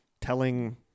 telling